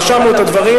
רשמנו את הדברים,